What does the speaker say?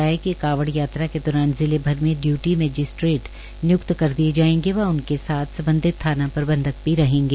उपाय्क्त ने बताया कि कावड़ यात्रा के दौरान जिले भर में डयूटी मैजिस्ड्रेट निय्क्त कर दिए जायेंगे व उनके साथ सम्बधित थाना प्रबंधक भी रहेंगे